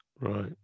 Right